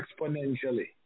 exponentially